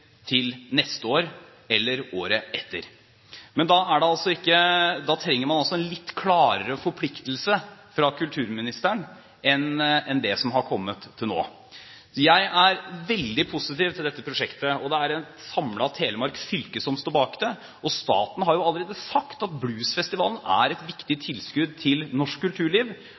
til neste år eller året etter. Da trenger man altså en litt klarere forpliktelse fra kulturministeren enn det som har kommet til nå. Jeg er veldig positiv til dette prosjektet, og det er et samlet Telemark fylke som står bak det. Staten har jo allerede sagt at bluesfestivalen er et viktig tilskudd til norsk kulturliv,